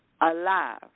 alive